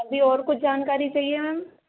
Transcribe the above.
जी और कुछ जानकारी चाहिए मैम